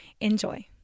Enjoy